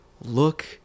look